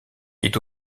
est